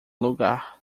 lugar